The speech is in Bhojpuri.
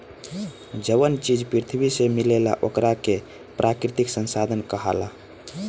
जवन चीज पृथ्वी से मिलेला ओकरा के प्राकृतिक संसाधन कहाला